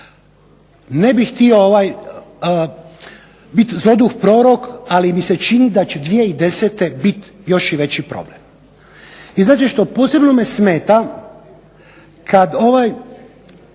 Ne bih htio biti zloguk prorok, ali mi se čini da će 2010. biti još i veći problem. I znate što, posebno me smeta kad se još